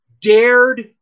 dared